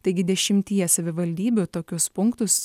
taigi dešimtyje savivaldybių tokius punktus